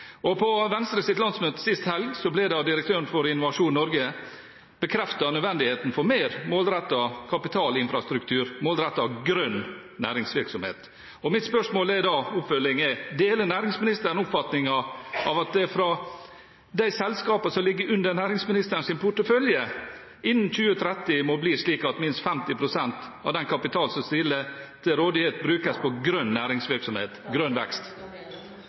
På Venstres landsmøte sist helg bekreftet direktøren for Innovasjon Norge nødvendigheten av mer målrettet kapitalinfrastruktur og mer målrettet grønn næringsvirksomhet. Mitt oppfølgingsspørsmål er da: Deler næringsministeren oppfatningen om at det for de selskapene som ligger i næringsministerens portefølje, innen 2030 må bli slik at minst 50 pst. av den kapitalen som stilles til rådighet, brukes på grønn næringsvirksomhet og grønn vekst?